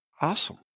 Awesome